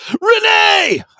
Renee